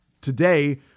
today